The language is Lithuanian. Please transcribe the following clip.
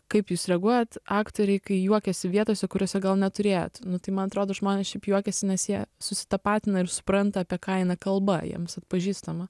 kaip jūs reaguojat aktoriai kai juokiasi vietose kuriose gal neturėtų nu tai man atrodo žmonės čia šiaip juokiasi nes jie susitapatina ir supranta apie ką eina kalba jiems atpažįstama